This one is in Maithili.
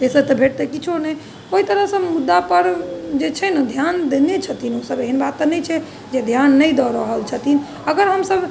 ताहिसँ भेटतै किछुओ नहि ओहि तरहसँ मुद्दापर जे छै नहि धियान देने छथिन ओसब एहन बात तऽ नहि छै जे धिआन नहि दऽ रहल छथिन अगर हमसब